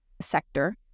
sector